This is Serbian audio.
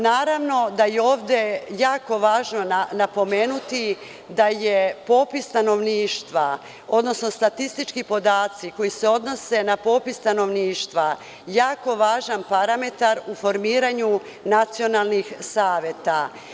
Naravno da je ovde jako važno napomenuti da je popis stanovništva, odnosno da su statistički podaci koji se odnose na popis stanovništva jako važan parametar u formiranju nacionalnih saveta.